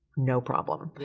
no problem. but